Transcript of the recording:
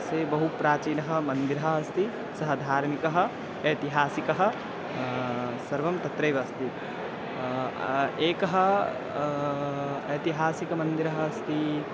से बहु प्राचीनं मन्दिरम् अस्ति सः धार्मिकः ऐतिहासिकः सर्वं तत्रैव अस्ति एकम् ऐतिहासिकं मन्दिरम् अस्ति